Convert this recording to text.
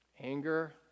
Anger